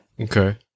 Okay